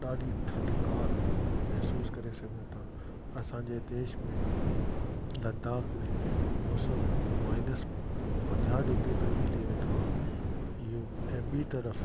ॾाढी थधिकार महसूस करे सघूं था असांजे देश में लद्दाख में मौसम माइनस पंजाहु डिग्री ताईं हली वेंदो आहे इहो ऐं ॿी तर्फ़ु